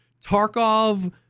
Tarkov